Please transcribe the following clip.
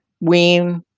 ween